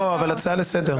לא, אבל הצעה לסדר.